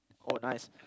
oh nice